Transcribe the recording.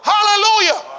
Hallelujah